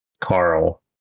Carl